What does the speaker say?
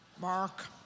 Mark